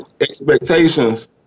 Expectations